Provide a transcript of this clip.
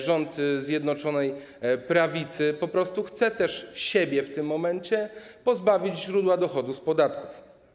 Rząd Zjednoczonej Prawicy chce też siebie w tym momencie pozbawić źródła dochodu z podatków.